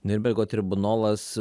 niurnbergo tribunolas